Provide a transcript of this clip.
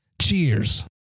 Cheers